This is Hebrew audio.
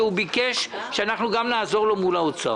שהוא ביקש שאנחנו גם נעזור לו מול משרד האוצר